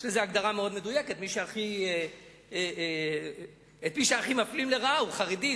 יש לזה הגדרה מאוד מדויקת: את מי שהכי מפלים לרעה הוא חרדי,